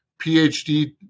PhD